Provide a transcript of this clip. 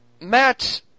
Matt